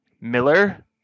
Miller